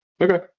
okay